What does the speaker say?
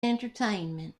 entertainment